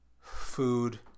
food